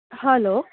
hello